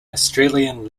australian